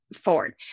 forward